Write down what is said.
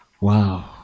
Wow